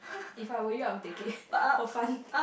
if I were you I will take it for fun